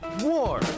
war